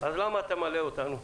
אז למה אתה מלאה אותנו?